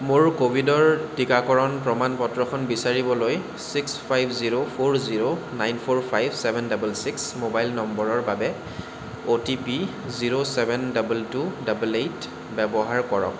মোৰ ক'ভিডৰ টিকাকৰণ প্ৰমাণ পত্ৰখন বিচাৰিবলৈ six five zero four zero nine four five seven double six mobile নম্বৰৰ বাবে OTP zero seven double two double eight ব্যৱহাৰ কৰক